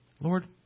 Lord